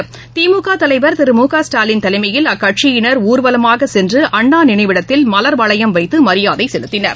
தலையில் திமுகதலைவர் திருமுகஸ்டாலின் அக்கட்சியினர் ஊர்வலமாகசென்றுஅண்ணாநினைவிடத்தில் மலர் வளையம் வைத்துமரியாதைசெலுத்தினர்